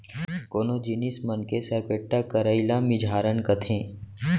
कोनो जिनिस मन के सरपेट्टा करई ल मिझारन कथें